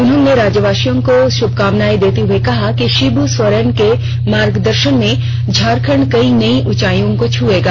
उन्होंने राज्यवासियों को शुभकामनाएं देते हुए कहा कि शिबू सोरेन के मार्गदर्शन में झारखंड कई नई ऊंचाइयों को छुएगा